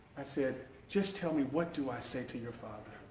i said just tell me what do i say to your father?